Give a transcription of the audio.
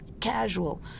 casual